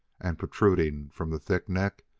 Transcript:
and, protruding from the thick neck,